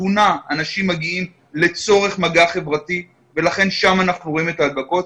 בחתונה אנשים מגיעים לצורך מגע חברתי ולכן שם אנחנו רואים את ההדבקות,